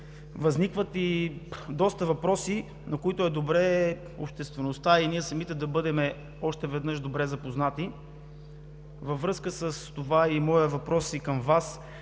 възникват доста въпроси, на които е добре обществеността и ние самите да бъдем още веднъж добре запознати. Във връзка с това е моят въпрос и към Вас,